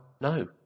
No